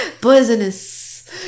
Poisonous